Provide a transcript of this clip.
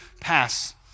pass